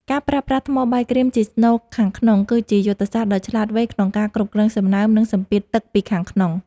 ការប្រើប្រាស់ថ្មបាយក្រៀមជាស្នូលខាងក្នុងគឺជាយុទ្ធសាស្រ្តដ៏ឆ្លាតវៃក្នុងការគ្រប់គ្រងសំណើម និង សម្ពាធទឹកពីខាងក្នុង។